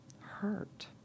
hurt